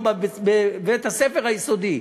או בבית-הספר היסודי,